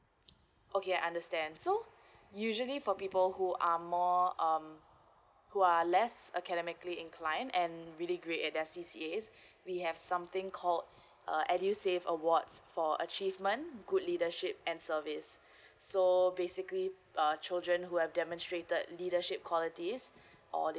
okay I understand so usually for people who are more um who are less academically incline and really great at their C_C_A's we have something called uh edusave awards for achievement good leadership and service so basically uh children who have demonstrated leadership qualities or